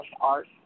art